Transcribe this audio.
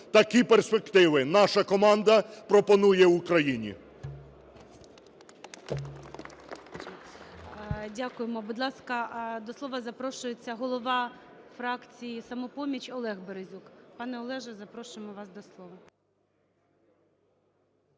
такі перспективи наша команда пропонує Україні.